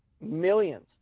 millions